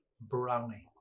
brownie